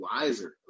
wiser